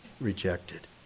rejected